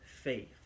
faith